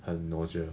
很 nausea